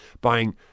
buying